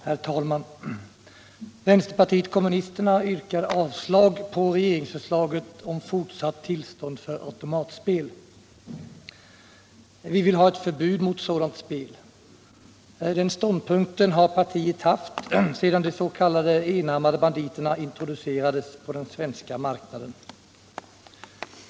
Herr talman! Vänsterpartiet kommunisterna yrkar avslag på regeringsförslaget om fortsatt tillstånd för automatspel. Vi vill ha ett förbud mot sådant spel. Den ståndpunkten har partiet haft sedan de s.k. enarmade banditerna introducerades på den svenska marknaden.